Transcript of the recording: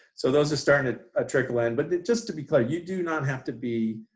so those are starting to ah trickle in, but just to be clear, you do not have to be